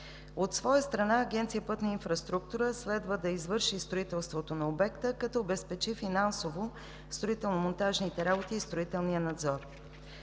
От своя страна Агенция „Пътна инфраструктура“ следва да извърши строителството на обекта, като обезпечи финансово строително-монтажните работи и строителния надзор.